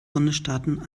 bundesstaaten